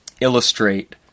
illustrate